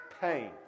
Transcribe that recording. pain